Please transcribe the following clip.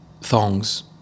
thongs